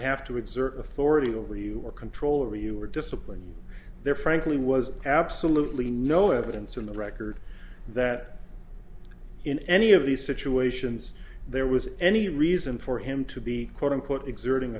have to exert authority over you or control over you or discipline you there frankly was absolutely no evidence in the record that in any of these situations there was any reason for him to be quote unquote exerting